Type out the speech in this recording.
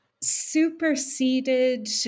Superseded